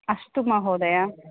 अस्तु महोदय